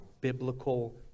biblical